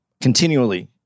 continually